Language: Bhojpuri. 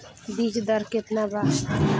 बीज दर केतना बा?